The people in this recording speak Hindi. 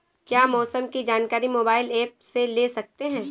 क्या मौसम की जानकारी मोबाइल ऐप से ले सकते हैं?